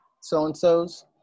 so-and-sos